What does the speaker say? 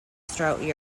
throughout